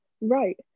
right